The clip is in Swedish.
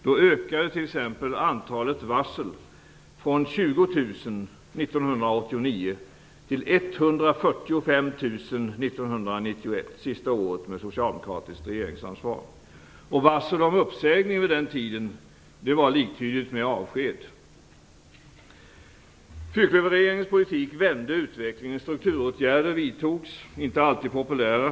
Då ökade t.ex. antalet varsel från 20 000 år 1989 till 145 000 år 1991, som var det sista året med socialdemokratiskt regeringsansvar. Varsel om uppsägning var vid den tiden liktydigt med avsked. Fyrklöverregeringens politik vände utvecklingen. Strukturåtgärder vidtogs - inte alltid populära.